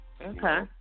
Okay